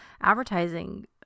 advertising